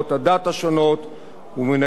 ומנהגיהן תוך כדי השירות.